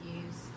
use